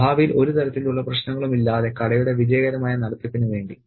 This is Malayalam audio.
ഭാവിയിൽ ഒരു തരത്തിലുള്ള പ്രശ്നങ്ങളുമില്ലാതെ കടയുടെ വിജയകരമായ നടത്തിപ്പിന് വേണ്ടി